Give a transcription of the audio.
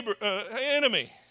enemy